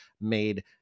made